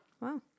Wow